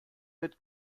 mit